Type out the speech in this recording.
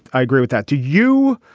i agree with that to you.